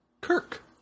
Kirk